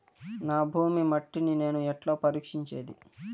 నా భూమి మట్టిని నేను ఎట్లా పరీక్షించేది?